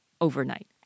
overnight